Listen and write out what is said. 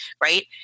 right